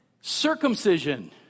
Circumcision